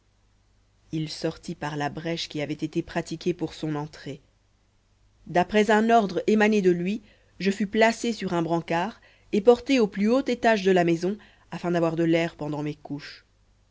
il sortit par la brèche qui avait été pratiquée pour son entrée d'après un ordre émané de lui je fus placée sur un brancard et portée au plus haut étage de la maison afin d'avoir de l'air pendant mes couches